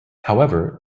however